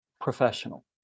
professional